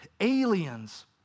aliens